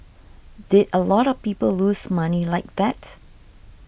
did a lot of people lose money like that